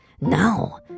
Now